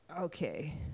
Okay